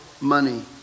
money